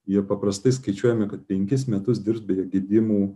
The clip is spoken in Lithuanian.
jie paprastai skaičiuojami kaip penkis metus dirbs be gedimų